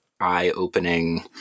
eye-opening